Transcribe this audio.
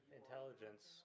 intelligence